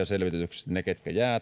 se asia ketkä jäävät